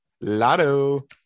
Lotto